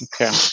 Okay